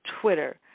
Twitter